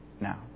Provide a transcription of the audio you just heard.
now